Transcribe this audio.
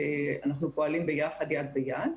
אנחנו פועלים ביחד יד ביד.